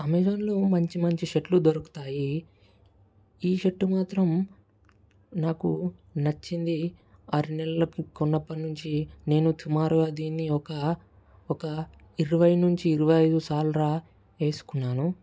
అమెజాన్లో మంచి మంచి షర్టులు దొరుకుతాయి ఈ షర్ట్ మాత్రం నాకు నచ్చింది ఆరు నెల్లకి కొన్నప్పటి నుంచి నేను సుమారు దీన్ని ఒక ఒక ఇరవై నుంచి ఇరవై ఐదు సార్లు వేసుకున్నాను